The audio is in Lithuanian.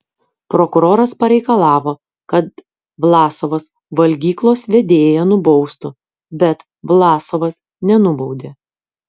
prokuroras pareikalavo kad vlasovas valgyklos vedėją nubaustų bet vlasovas nenubaudė